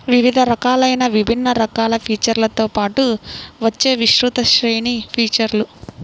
వివిధ రకాలైన విభిన్న రకాల ఫీచర్లతో పాటు వచ్చే విస్తృత శ్రేణి ఫీచర్లు